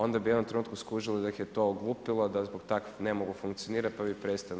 Onda bi u jednom trenutku skužili da ih je to omutilo, da zbog takvih ne mogu funkcionirati, pa bi prestali.